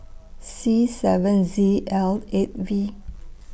C seven Z L eight V